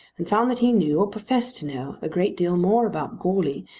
and found that he knew, or professed to know, a great deal more about goarly,